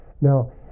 Now